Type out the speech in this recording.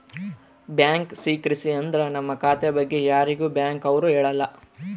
bank secrecy ಅಂದ್ರ ನಮ್ ಖಾತೆ ಬಗ್ಗೆ ಯಾರಿಗೂ ಬ್ಯಾಂಕ್ ಅವ್ರು ಹೇಳಲ್ಲ